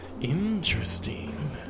Interesting